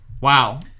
wow